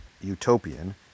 utopian